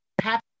happy